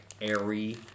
airy